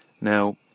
Now